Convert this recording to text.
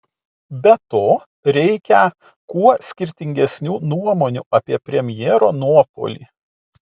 be to reikią kuo skirtingesnių nuomonių apie premjero nuopuolį